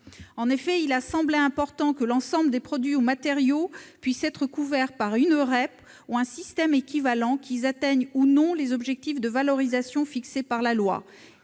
concertations. Il semble important que l'ensemble des produits ou matériaux puissent être couverts par une REP ou un système équivalent, qu'ils atteignent ou non les objectifs de valorisation fixés par la loi.